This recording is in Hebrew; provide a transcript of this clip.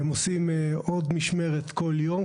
הם עושים עוד משמרת כל יום,